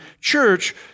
church